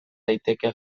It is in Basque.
daiteke